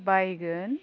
बायगोन